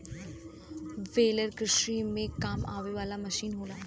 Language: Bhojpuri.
बेलर कृषि में काम आवे वाला मसीन होला